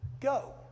go